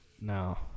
No